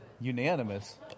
unanimous